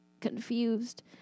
confused